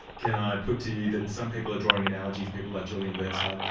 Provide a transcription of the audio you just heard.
can i put to you that some people are drawing analogies, people like julian burnside,